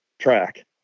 track